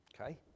Okay